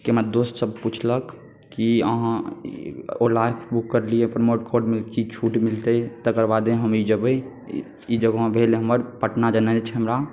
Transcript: कोना दोस्तसब पुछलक कि अहाँ ओला बुक करलिए प्रमोट कोडमे की छूट मिलतै तकर बादे हम ई जेबै ई जगह भेल हमर पटना जेनाइ अछि हमरा